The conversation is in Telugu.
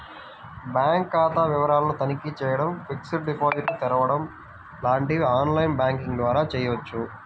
బ్యాంక్ ఖాతా వివరాలను తనిఖీ చేయడం, ఫిక్స్డ్ డిపాజిట్లు తెరవడం లాంటివి ఆన్ లైన్ బ్యాంకింగ్ ద్వారా చేయవచ్చు